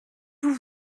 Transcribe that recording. vous